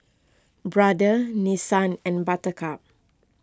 Brother Nissan and Buttercup